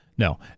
No